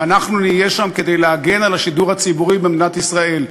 ואנחנו נהיה שם כדי להגן על השידור הציבורי במדינת ישראל.